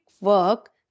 work